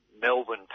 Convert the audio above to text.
Melbourne